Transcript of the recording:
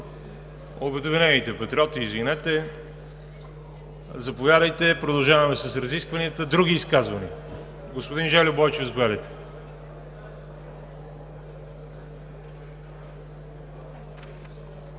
„Обединените патриоти“, извинете. Заповядайте. Продължаваме с разискванията. Други изказвания? Господин Жельо Бойчев, заповядайте.